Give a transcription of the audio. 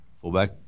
fullback